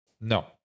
no